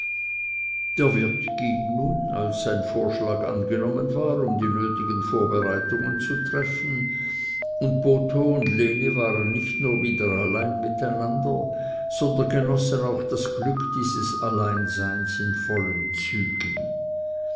der wirt ging nun als sein vorschlag angenommen war um die nötigen vorbereitungen zu treffen und botho und lene waren nicht nur wieder allein miteinander sondern genossen auch das glück dieses alleinseins in vollen zügen